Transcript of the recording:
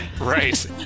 Right